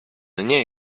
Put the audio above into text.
nie